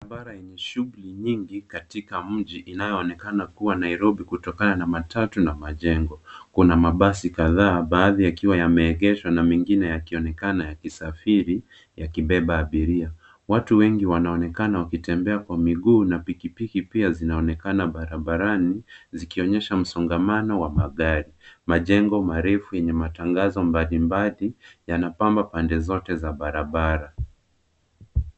Barabara yenye shughuli nyingi katika mji inayoonekana kuwa Nairobi kutokana na matatu na majengo. Kuna mabasi kadhaa baadhi yakiwa yameegeshwa na mengine yakionekana yakisafiri yakibeba abiria. Watu wengi wanaonekana wakitembea kwa miguu na pikipiki pia zinaonekana barabarani zikionyesha msongamano wa magari. Majengo marefu yenye matangazo mbalimbali yanapamba pande zote za barabara.